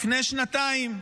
לפני שנתיים,